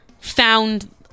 found